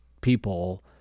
people